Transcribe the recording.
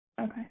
okay